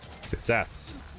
Success